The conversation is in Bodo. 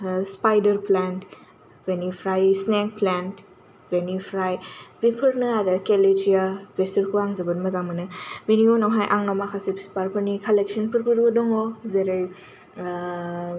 स्पाइडार प्लेन बेनिफ्राइ स्नेक प्लेन बेनिफ्राइ बेफोरनो आरो केल'जिया बेफोरखौ आं जोबोद मोजां मोनो बेनि उनाव हाय आंनाव माखासे बिबारफोरनि कालेकस'नबो दं जेरै